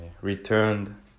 returned